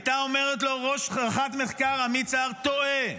הייתה אומרת לו: ראש חטיבת מחקר עמית סער טועה,